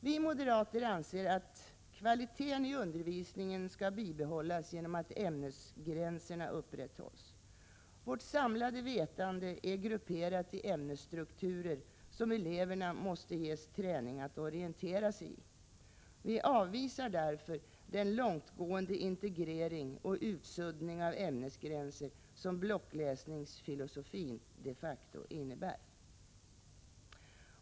Vi moderater anser att kvaliteten i undervisningen skall bibehållas genom att ämnesgränserna upprätthålls. Vårt samlade vetande är grupperat i ämnesstrukturer som eleverna måste ges träning att orientera sig i. Vi avvisar därför den långtgående integrering och utsuddning av ämnesgränser som blockläsningsfilosofin de facto innebär.